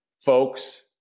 folks